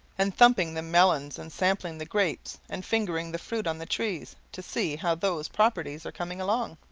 and thumping the melons, and sampling the grapes, and fingering the fruit on the trees, to see how those properties are coming along?